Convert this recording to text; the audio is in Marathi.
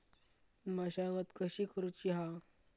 मशागत कशी करूची हा?